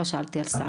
לא שאלתי על סל.